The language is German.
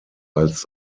als